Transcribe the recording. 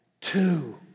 two